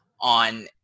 on